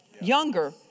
younger